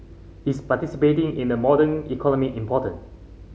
is participating in a modern economy important